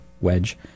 wedge